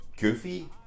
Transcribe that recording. goofy